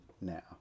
now